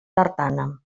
tartana